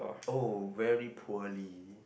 oh very poorly